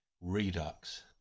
Redux